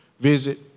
visit